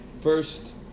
First